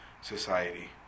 society